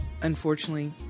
Unfortunately